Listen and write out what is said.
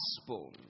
gospel